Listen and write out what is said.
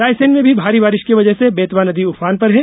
रायसेन में भी भारी बारिश की वजह से बेतवा नदी उफान पर है